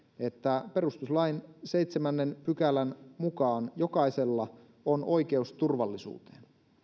että perustuslain seitsemännen pykälän mukaan jokaisella on oikeus turvallisuuteen